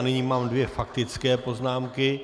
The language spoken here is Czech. Nyní mám dvě faktické poznámky.